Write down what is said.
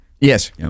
Yes